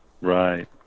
right